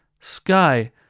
sky